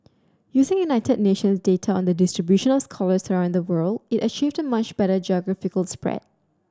using United Nations data on the distribution of scholars around the world it achieved a much better geographical spread